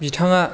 बिथाङा